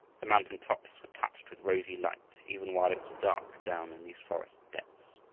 the mountain-tops were touched with rosy light even while it was dark down in these forest depths.